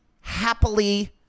happily